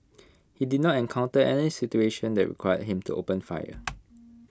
he did not encounter any situation that required him to open fire